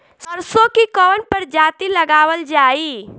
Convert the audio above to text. सरसो की कवन प्रजाति लगावल जाई?